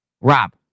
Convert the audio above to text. Rob